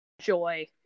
joy